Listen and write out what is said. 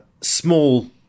small